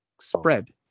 spread